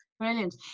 brilliant